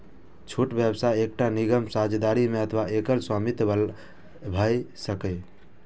छोट व्यवसाय एकटा निगम, साझेदारी मे अथवा एकल स्वामित्व बला भए सकैए